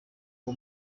uwo